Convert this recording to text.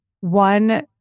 one